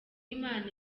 imana